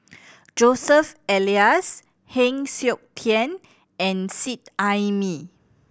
Joseph Elias Heng Siok Tian and Seet Ai Mee